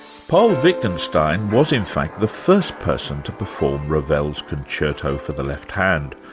paul wittgenstein was in fact the first person to perform ravel's concerto for the left hand,